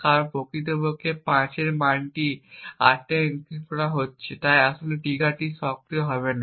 কারণ প্রকৃতপক্ষে 5 এর মানটি 8 এ এনক্রিপ্ট করা হচ্ছে এবং তাই আসলে ট্রিগারটি সক্রিয় করবে না